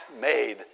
made